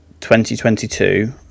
2022